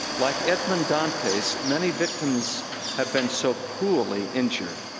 like edmond dantes, many victims have been so cruelly injured,